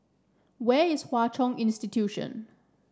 where is Hwa Chong Institution